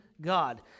God